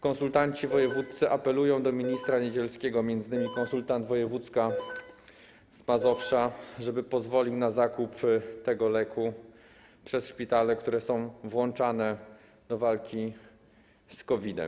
Konsultanci wojewódzcy apelują do ministra Niedzielskiego, m.in. konsultant wojewódzka z Mazowsza, żeby pozwolił na zakup tego leku przez szpitale, które są włączane do walki z COVID-em.